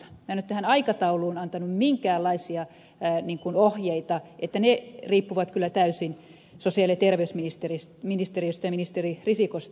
minä en ole tähän aikatauluun antanut minkäänlaisia ohjeita ne riippuvat kyllä täysin sosiaali ja terveysministeriöstä ja ministeri risikosta